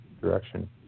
direction